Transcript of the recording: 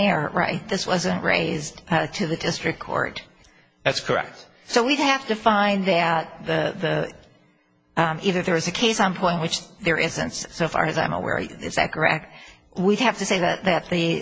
air right this wasn't raised to the district court that's correct so we have to find that either there is a case on point which there isn't so far as i'm aware is that correct we have to say that that's the